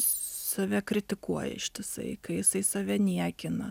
save kritikuoja ištisai kai jisai save niekina